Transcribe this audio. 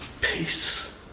peace